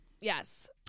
Yes